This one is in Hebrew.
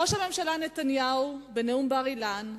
ראש הממשלה נתניהו, בנאום בר-אילן,